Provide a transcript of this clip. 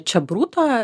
čia bruto